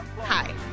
Hi